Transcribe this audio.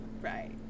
right